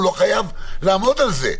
הוא לא חייב לעמוד על זה.